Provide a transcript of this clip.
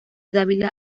dávila